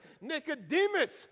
Nicodemus